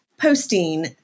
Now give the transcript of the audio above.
posting